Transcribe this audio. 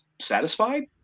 satisfied